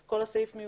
כל הסעיף מיותר.